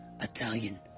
Italian